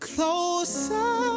Closer